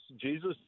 Jesus